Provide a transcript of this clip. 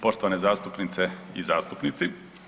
Poštovane zastupnice i zastupnici.